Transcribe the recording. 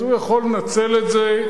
אז הוא יכול לנצל את זה.